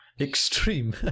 extreme